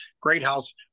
Greathouse